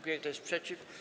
Kto jest przeciw?